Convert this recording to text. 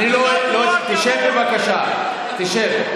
תשב.